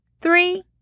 Three